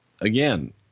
again